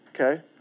Okay